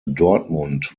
dortmund